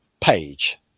page